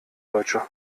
deutsche